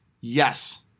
Yes